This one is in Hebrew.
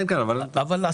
אנחנו יודעים מה היא עושה.